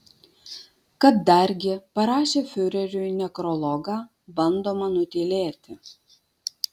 kad dargi parašė fiureriui nekrologą bandoma nutylėti